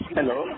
Hello